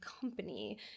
company